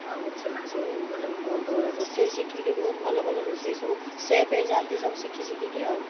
ଆଉ ସେମାନେ ସବୁ ରୋଷେଇ ଶିଖିକିରି ବହୁତ ଭଲ ଭଲ ରୋଷେଇ ସବୁ ସେଫ୍ ହେଇଯାନ୍ତି ଶିଖି ଶିଖି କି ଆଉ